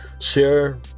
share